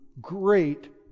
great